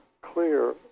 clear